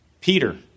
Peter